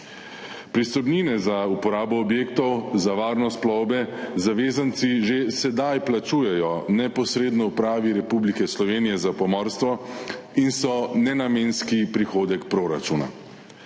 Pristojbine za uporabo objektov za varnost plovbe zavezanci že sedaj plačujejo neposredno Upravi Republike Slovenije za pomorstvo in so nenamenski prihodek proračuna.